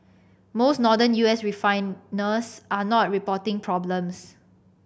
most Northern U S refiners are not reporting problems